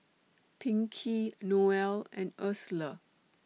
Pinkey Noelle and Ursula